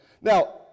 Now